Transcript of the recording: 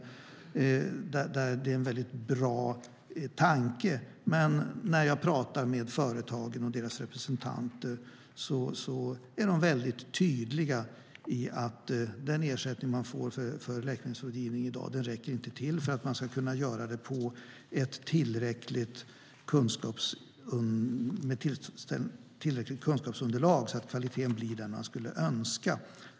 Tanken är väldigt bra, men när jag talar med företagens representanter är de mycket tydliga med att den ersättning de får för läkemedelsrådgivning inte räcker för att de ska kunna göra det med ett tillräckligt kunskapsunderlag så att kvaliteten blir den önskade.